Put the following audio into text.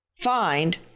find